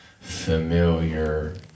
familiar